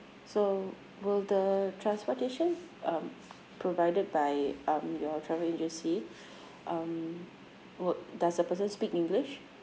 so will the transportation um provided by um your travel agency um will does the person speak english